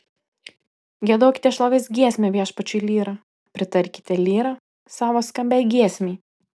giedokite šlovės giesmę viešpačiui lyra pritarkite lyra savo skambiai giesmei